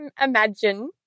imagine